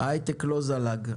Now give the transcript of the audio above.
ההייטק לא זלג.